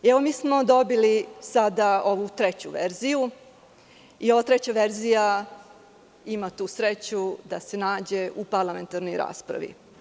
Mi smo dobili sada ovu treću verziju i ova treća verzija ima tu sreću da se nađe u parlamentarnoj raspravi.